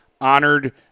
honored